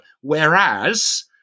Whereas